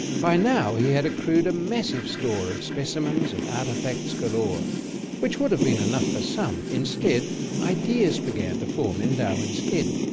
by now he had accrued a massive store of specimens and artefacts galore which would have been enough for some instead ideas began to form in darwin's head.